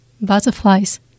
Butterflies